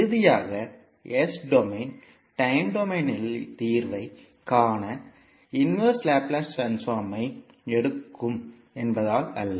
இறுதியாக S domain time டொமைனில் தீர்வைக் காண தலைகீழ் லாப்லேஸ் ட்ரான்ஸ்போர்ம்மை எடுக்கும் என்பதால் அல்ல